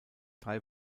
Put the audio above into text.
drei